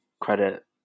credit